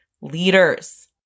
leaders